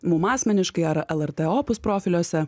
mum asmeniškai ar lrt opus profiliuose